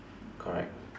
correct